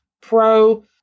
pro